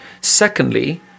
Secondly